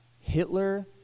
Hitler